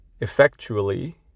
Effectually